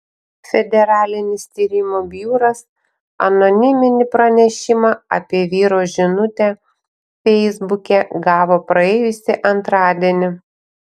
federalinis tyrimų biuras anoniminį pranešimą apie vyro žinutę feisbuke gavo praėjusį antradienį